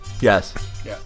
Yes